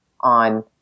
on